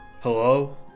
Hello